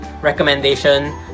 recommendation